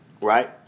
Right